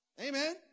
Amen